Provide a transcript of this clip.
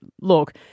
look